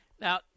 Now